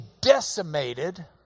decimated